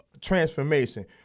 transformation